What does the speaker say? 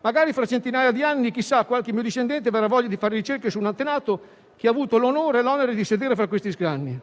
magari fra centinaia di anni - chissà - a qualche mio discendente verrà voglia di fare ricerche su un antenato che ha avuto l'onore e l'onere di sedere tra questi scranni.